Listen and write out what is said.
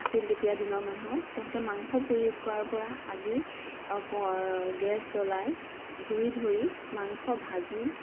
আছিল তেতিয়া দিনৰ মানুহৰ তেওঁলোকে মাংস পুৰি খোৱাৰ পৰা আজি গেছ জ্বলাই জুই ধৰি মাংস ভাজি